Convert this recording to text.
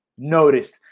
noticed